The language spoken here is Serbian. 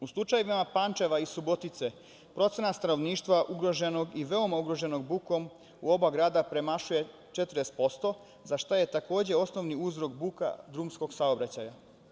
U slučajevima Pančeva i Subotice, procena stanovništva ugroženog i veoma ugroženog bukom u oba grada premašuje 40% za šta je takođe osnovni uzrok buka drumskog saobraćaja.